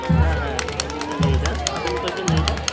ᱦᱮᱸ ᱦᱮᱸ ᱟᱞᱤᱧ ᱞᱤᱧ ᱞᱟᱹᱭᱮᱫᱟ ᱟᱵᱮᱱ ᱚᱠᱚᱭ ᱵᱮᱱ ᱞᱟᱹᱭᱮᱫᱟ